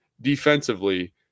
defensively